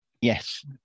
Yes